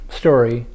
story